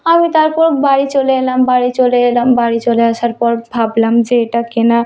আমি তারপর বাড়ি চলে এলাম বাড়ি চলে এলাম বাড়ি চলে আসার পর ভাবলাম যে এটা কেনা